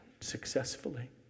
successfully